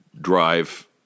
drive